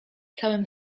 całym